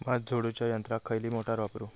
भात झोडूच्या यंत्राक खयली मोटार वापरू?